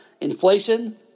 inflation